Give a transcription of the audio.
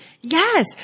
Yes